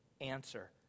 Answer